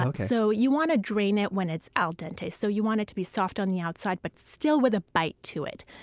um so you want to drain it when it's al dente so you want it to be soft on the outside but still with ah bite to it.